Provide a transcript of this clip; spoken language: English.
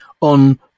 on